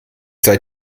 seit